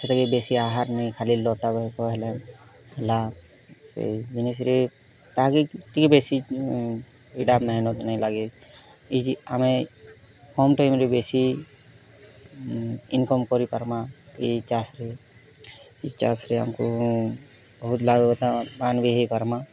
ସେଇଟା କି ବେଶୀ ଆହାର୍ ନେହି ଖାଲି ଲଟା ହେଲାନ୍ ସେଇ ଜିନିଷ୍ ରେ ତାହାକେ ଟିକେ ବେଶୀ ଏଇଟା ନାଇଁ ଲାଗେ ଏଇ ଜି ଆମେ ହୋମ୍ ଟାଇମ୍ରେ ବେଶୀ ଇନକମ୍ କରି ପାରମା ଇ ଚାଷ୍ ରେ ଇ ଚାଷ୍ ରେ ଆମକୁ ବହୁତ ଲାଭ ହୋଇଥାଏ ହେଇ ପାରମା